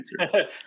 answer